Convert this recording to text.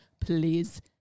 Please